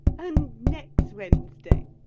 and next wednesday,